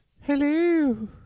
Hello